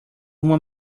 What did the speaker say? uma